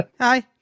Hi